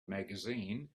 magazine